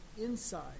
inside